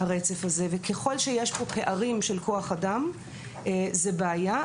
וככל שיש פה פערים בכוח אדם, זה בעיה.